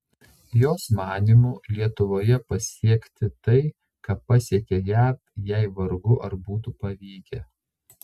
jos manymu lietuvoje pasiekti tai ką pasiekė jav jai vargu ar būtų pavykę